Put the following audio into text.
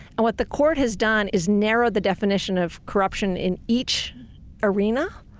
and what the court has done is narrow the definition of corruption in each arena.